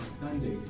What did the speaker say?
Sundays